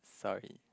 sorry